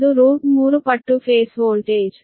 ಅವು 3 ಪಟ್ಟು phase voltage